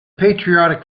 patriotic